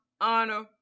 honor